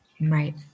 right